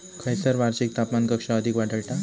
खैयसर वार्षिक तापमान कक्षा अधिक आढळता?